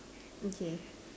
okay